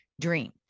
dream